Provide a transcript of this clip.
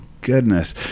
goodness